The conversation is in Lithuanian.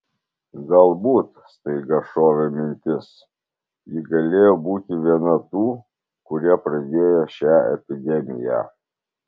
galbūt staiga šovė mintis ji galėjo būti viena tų kurie pradėjo šią epidemiją